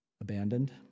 abandoned